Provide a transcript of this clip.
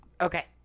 okay